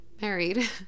married